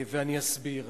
ואני אסביר.